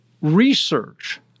research